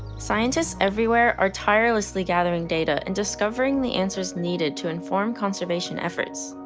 scientists everywhere are tirelessly gathering data and discovering the answers needed to inform conservation efforts.